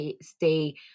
stay